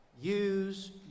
Use